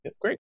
great